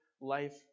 life